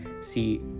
See